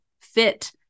fit